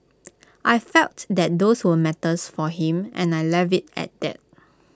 I felt that those were matters for him and I left IT at that